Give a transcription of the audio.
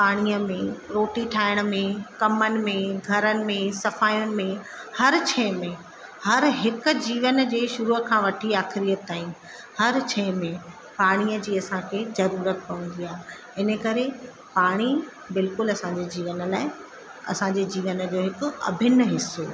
पाणीअ में रोटी ठाहिण में कमनि में घरनि में सफ़ाइयुनि में हर छइ में हर हिकु जीवन जे शुरुअ खां वठी आख़िरीअ ताईं हर शइ में पाणीअ जी असांखे ज़रूरत पवंदी आहे इन करे पाणी बिल्कुलु असांजे जीवन लाइ असांजे जीवन में हिकु अभिन हिसो आहे